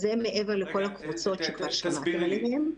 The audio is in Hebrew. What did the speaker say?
אז זה מעבר לכל הקבוצות שכבר שמעתם עליהן.